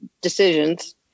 decisions